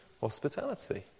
hospitality